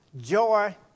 joy